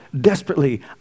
Desperately